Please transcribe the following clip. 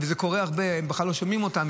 זה קורה הרבה ובכלל לא שומעים אותם,